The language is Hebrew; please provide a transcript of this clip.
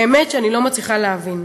באמת שאני לא מצליחה להבין.